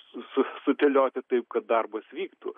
su sudėlioti taip kad darbas vyktų